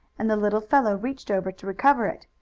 and the little fellow reached over to recover it.